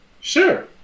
Sure